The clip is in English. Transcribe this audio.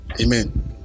Amen